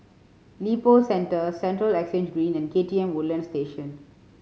Lippo Centre Central Exchange Green and K T M Woodlands Station